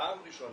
פעם ראשונה